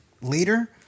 later